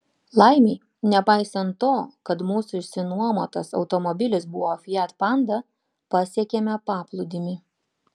laimei nepaisant to kad mūsų išsinuomotas automobilis buvo fiat panda pasiekėme paplūdimį